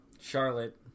Charlotte